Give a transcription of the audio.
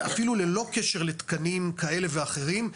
אפילו ללא קשר לתקנים כאלה ואחרים,